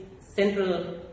central